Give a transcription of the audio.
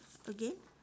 again